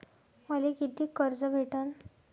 मले कितीक कर्ज भेटन?